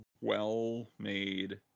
well-made